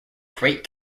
great